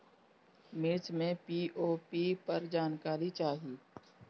मिर्च मे पी.ओ.पी पर जानकारी चाही?